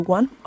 One